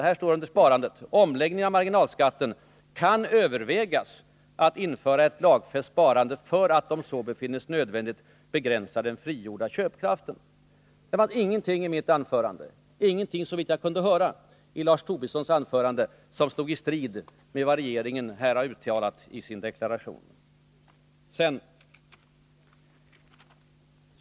Det heter vidare ”Vid finansieringen av omläggningen av marginalskatten kan övervägas att införa ett lagfäst sparande för att — om så befinns nödvändigt — begränsa den frigjorda köpkraften.” Det fanns ingenting i mitt anförande eller — såvitt jag kunde höra — i Lars Tobissons anförande som stod i strid mot vad regeringen har uttalat i sin deklaration.